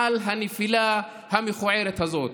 על הנפילה המכוערת הזאת.